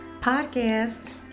podcast